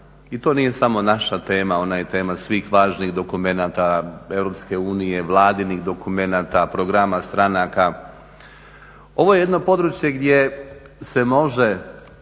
i to nije samo naša tema, ona je tema svih važnih dokumenata Europske unije, vladinih dokumenata, programa stranaka. Ovdje je jedno područje gdje se može